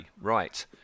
right